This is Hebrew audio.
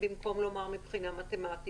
הנתונים, במקום לומר "מבחינה מתמטית"?